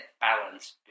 balance